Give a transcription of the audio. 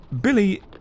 Billy